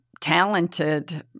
talented